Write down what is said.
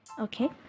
Okay